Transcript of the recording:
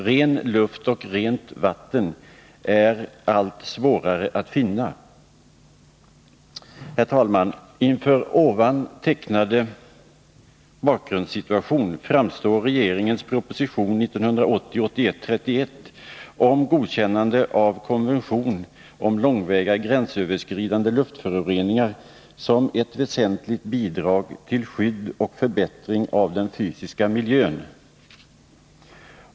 Ren luft och rent vatten är allt svårare att finna. Herr talman! Inför den tecknade bakgrundssituationen framstår regeringens proposition 1980/81:31 om godkännande av konvention om långväga gränsöverskridande luftföroreningar som ett väsentligt bidrag till skydd och förbättring av den fysiska miljön.